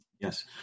Yes